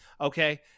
Okay